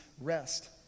rest